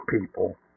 people